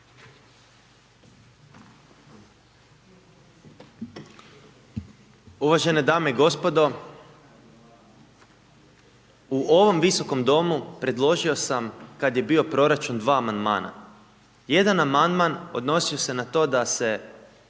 Uvažene dame i gospodo u ovom visokom domu predložio sam kad je bio proračun dva amandmana, jedan amandman odnosio se na to da se